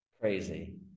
crazy